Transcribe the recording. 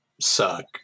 suck